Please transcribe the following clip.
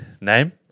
name